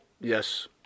Yes